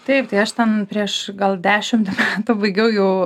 taip tai aš ten prieš gal dešimt metų baigiau